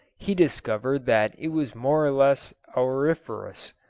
he discovered that it was more or less auriferous.